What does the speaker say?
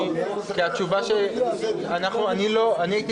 אני הייתי